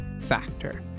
Factor